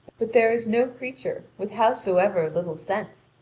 but there is no creature, with howsoever little sense,